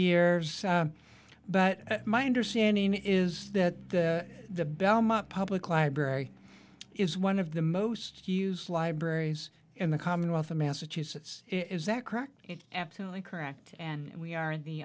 years but my understanding is that the belmont public library is one of the most use libraries in the commonwealth of massachusetts is that correct it's absolutely correct and we are in the